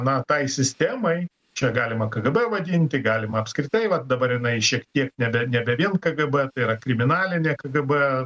na tai sistemai čia galima kgb vadinti galima apskritai vat dabar jinai šiek tiek nebe nebe vėl kgb tai yra kriminalinė kgb